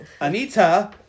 Anita